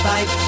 Fight